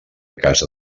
casa